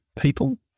people